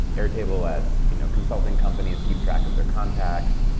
airtable lets you know consulting companies keep track of their contacts,